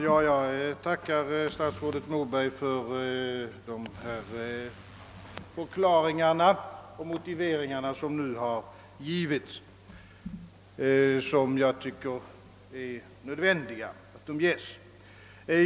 Herr talman! Jag tackar statsrådet Moberg för de förklaringar och motiveringar som nu lämnats och som enligt min mening var nödvändiga.